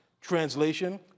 Translation